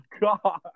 god